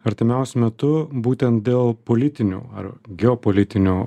artimiausiu metu būtent dėl politinių ar geopolitinių